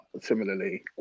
similarly